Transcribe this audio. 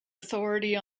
authority